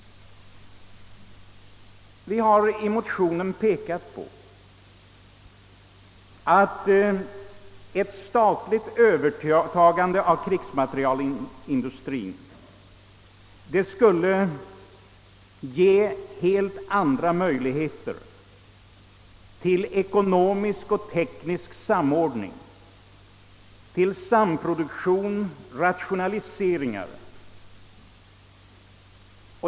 Vi har i vår motion pekat på att ett statligt övertagande av krigsmaterielindustrien skulle ge helt andra möjligheter till ekonomisk och teknisk samordning, samproduktion och rationalisering.